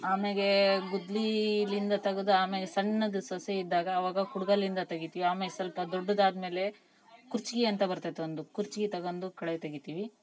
ಆಮೇಲೆ ಗುದ್ಲೀಲಿಂದ ತಗ್ದು ಆಮೇಲೆ ಸಣ್ಣದು ಸಸಿ ಇದ್ದಾಗ ಅವಾಗ ಕುಡ್ಗೊಲಿಂದ ತೆಗಿತೀವಿ ಆಮೇಲೆ ಸ್ವಲ್ಪ ದೊಡ್ಡದಾದ್ಮೇಲೆ ಕುರ್ಚಿಗೆ ಅಂತ ಬರ್ತಾದೆ ಒಂದು ಕುರ್ಚಿಗೆ ತಗೊಂಡು ಕಳೆ ತೆಗೀತೀವಿ